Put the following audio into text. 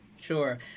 Sure